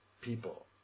people